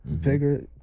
Bigger